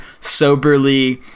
soberly